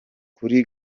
kuri